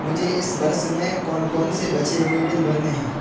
مجھے اس برس میں کون کون سے بچے ہوئے بل بھرنے ہیں